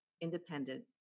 independent